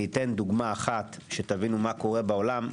אתן דוגמה אחת, שתבינו מה קורה בעולם.